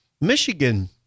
Michigan